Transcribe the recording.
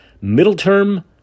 middle-term